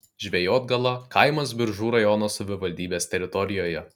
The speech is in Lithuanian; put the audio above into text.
žvejotgala kaimas biržų rajono savivaldybės teritorijoje